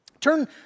Turn